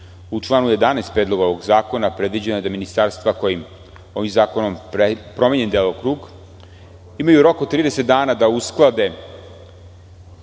u članu 11. predloga ovog zakona predviđeno je da ministarstva kojima je ovim zakonom promenjen delokrug imaju rok od 30 dana da usklade